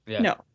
No